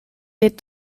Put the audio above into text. est